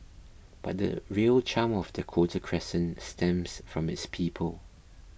but the real charm of Dakota Crescent stems from its people